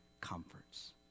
comforts